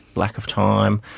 lack of time,